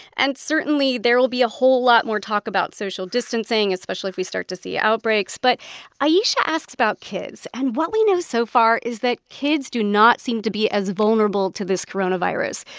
and certainly, there will be a whole lot more talk about social distancing, especially if we start to see outbreaks. but ayesha asks about kids, and what we know so far is that kids do not seem to be as vulnerable to this coronavirus.